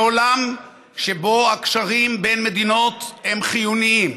בעולם שבו הקשרים בין מדינות הם חיוניים,